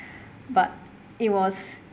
but it was